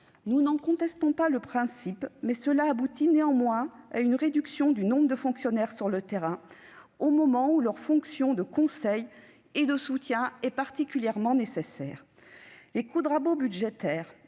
Nous n'en contestons pas le principe, mais ces décisions aboutissent néanmoins à une réduction du nombre des fonctionnaires sur le terrain au moment où leur mission de conseil et de soutien est particulièrement nécessaire. Année après année, les